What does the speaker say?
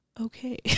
okay